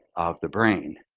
of the brain.